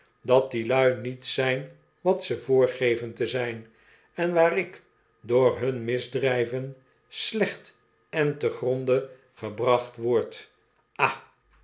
dat die lui niet zijn wat ze voorgeven to zijn en waar ik door hun misdrijven slecht en te gronde gebracht word hah